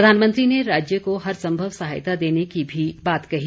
प्रधानमंत्री ने राज्य को हर संभव सहायता देने की भी बात कही